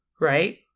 right